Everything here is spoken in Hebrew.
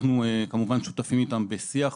אנחנו כמובן שותפים איתם בשיח,